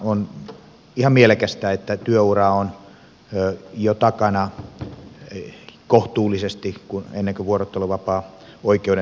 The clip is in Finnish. on ihan mielekästä että työuraa on jo takana kohtuullisesti ennen kuin vuorotteluvapaaoikeuden saavuttaa